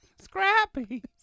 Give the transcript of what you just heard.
Scrappy